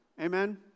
Amen